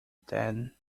then